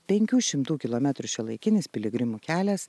penkių šimtų kilometrų šiuolaikinis piligrimų kelias